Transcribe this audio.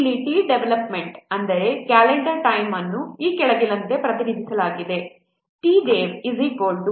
ಇಲ್ಲಿ T development ಅಂದರೆ calendar time ಅನ್ನು ಈ ಕೆಳಗಿನಂತೆ ಪ್ರತಿನಿಧಿಸಲಾಗುತ್ತದೆ TDEV 3 0